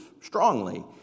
strongly